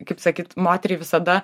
kaip sakyt moteriai visada